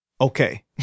Okay